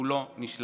הוא לא נשלם.